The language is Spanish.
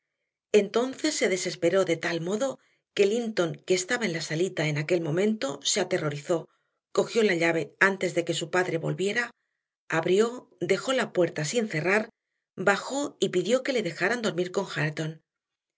entonces se desesperó de tal modo que linton que estaba en la salita en aquel momento se aterrorizó cogió la llave antes de que su padre volviera abrió dejó la puerta sin cerrar bajó y pidió que le dejaran dormir con hareton